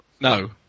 No